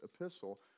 epistle